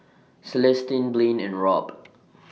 Celestino Blane and Robb